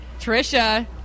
Trisha